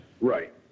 Right